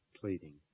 pleading